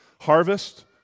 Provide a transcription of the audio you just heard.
harvest